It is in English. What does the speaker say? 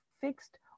fixed